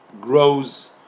grows